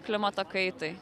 klimato kaitai